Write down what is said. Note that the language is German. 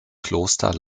kloster